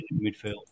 midfield